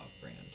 brand